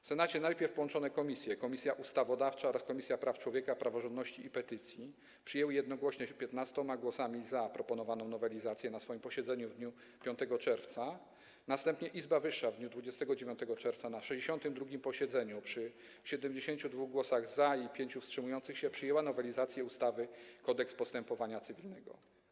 W Senacie najpierw połączone Komisje: Ustawodawcza oraz Praw Człowieka, Praworządności i Petycji przyjęły jednogłośnie 15 głosami za proponowaną nowelizację na swoim posiedzeniu w dniu 5 czerwca, następnie izba wyższa w dniu 29 czerwca na 62. posiedzeniu przy 72 głosach za i 5 wstrzymujących się przyjęła nowelizację ustawy Kodeks postępowania cywilnego.